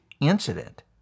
incident